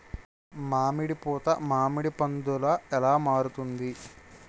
మామిడి పూత మామిడి పందుల ఎలా మారుతుంది?